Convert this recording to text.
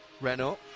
Renault